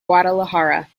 guadalajara